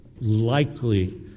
likely